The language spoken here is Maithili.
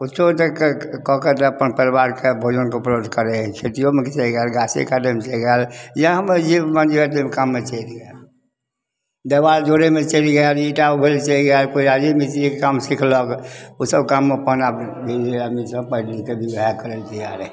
किछो तऽ कऽके अपन परिवारके भोजनके उपलब्ध करबै हइ खेतियोमे किछु या हम जे मानि लिअ जे काममे छै देवाल जोड़ैमे चलि गेल इंटा उघैमे चलि गेल कोइ राजे मिस्त्रीके काम सिखलक ओसभ काममे अपन आब जे आदमी सभ पाइ देलकै वएह करै लए तैयार हइ